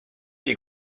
des